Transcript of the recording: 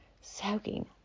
Soaking